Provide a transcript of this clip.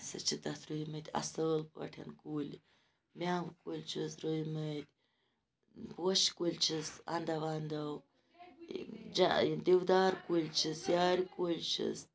أسۍ حظ چھِ تَتھ روٗومٕتۍ اَصل پٲٹھۍ کُلۍ میٚوٕ کُلۍ چھِس روٗومٕتۍ پوشہِ کُلۍ چھِس اَندَو اَندَو دِودار کُلۍ چھِس یارِ کُلۍ چھِس